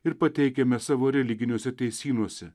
ir pateikiame savo religiniuose teisynuose